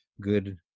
good